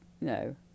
No